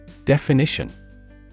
Definition